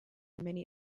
many